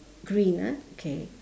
green ah okay